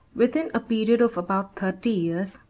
within a period of about thirty years,